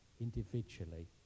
individually